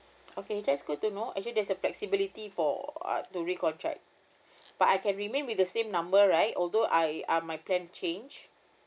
okay that's good to know actually there's a flexibility for uh to recontract but I can remain with the same number right although I uh my plan change